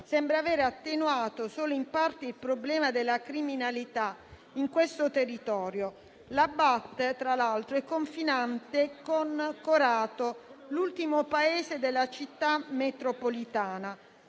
sembra aver attenuato solo in parte il problema della criminalità in quel territorio. La BAT, tra l'altro, è confinante con Corato, l'ultimo paese della Città metropolitana